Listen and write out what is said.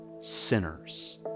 sinners